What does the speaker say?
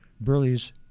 Burley's